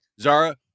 Zara